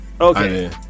Okay